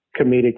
comedic